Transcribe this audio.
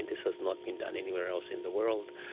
this has not been done anywhere else in the world,